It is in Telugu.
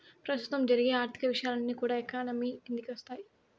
ప్రస్తుతం జరిగే ఆర్థిక విషయాలన్నీ కూడా ఎకానమీ కిందికి వత్తాయి